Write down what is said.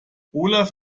olaf